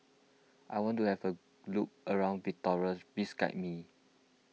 I want to have a look around Victoria please guide me